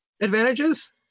advantages